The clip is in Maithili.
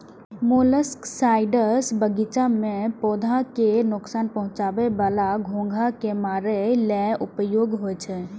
मोलस्कसाइड्स बगीचा मे पौधा कें नोकसान पहुंचाबै बला घोंघा कें मारै लेल उपयोग होइ छै